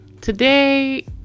today